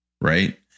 right